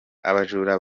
abajura